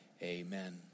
Amen